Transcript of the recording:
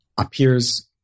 appears